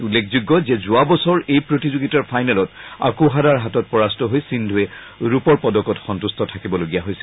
উল্লেখযোগ্য যে যোৱা বছৰ এই প্ৰতিযোগিতাৰ ফাইনেলত অকুহাৰাৰ হাতত পৰাস্ত হৈ সিদ্ধুবে ৰূপৰ পদকতে সন্ত্ৰ্ট থাকিবলগীয়া হৈছিল